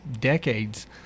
decades